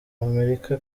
amerika